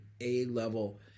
A-level